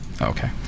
Okay